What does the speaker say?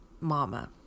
Mama